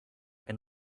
and